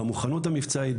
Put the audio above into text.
במוכנות המבצעית,